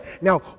Now